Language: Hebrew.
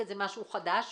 כי זה משהו חדש,